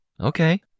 Okay